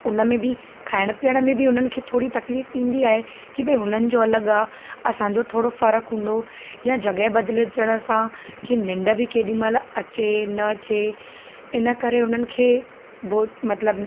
त उन में बि खाइण पीअण में बि उन्हनि खे थोरी तकलीफ़ ईंदी आहे कि भई हुनन जो अलॻि आहे असांजो थोरो फर्क़ु हूंदो या जॻह बदिलण सां की निंढ बि केॾी महिल अचे न अचे इन करे उन्हनि खे बि मतिलबु